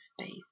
space